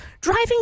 driving